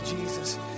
Jesus